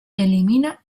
elimina